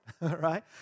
right